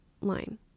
line